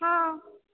हँ